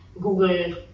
Google